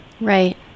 Right